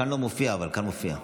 כאן לא מופיע, אבל כאן מופיע.